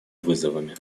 вызовами